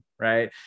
right